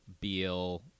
beal